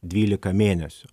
dvylika mėnesių